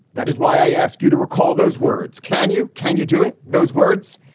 that is why i ask you to recall those words. can you. can you do it? those words,